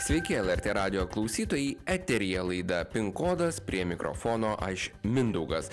sveiki lrt radijo klausytojai eteryje laida pin kodas prie mikrofono aš mindaugas